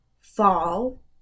fall